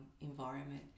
environment